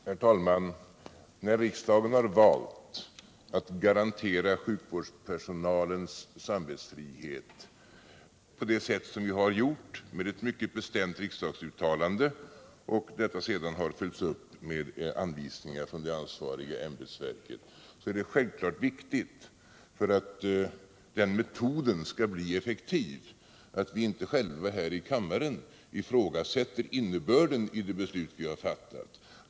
Herr talman! När riksdagen har valt att garantera sjukvårdspersonalen samvetsfrihet genom ett mycket bestämt uttalande, och då detta följts upp med anvisningar från det ansvariga ämbetsverket, är det självfallet viktigt för att den metoden skall bli effektiv att vi inte själva här i kammaren ifrågasätter innebörden i det beslut som vi har fattat.